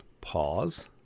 pause